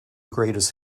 greatest